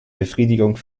befriedigung